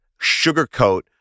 sugarcoat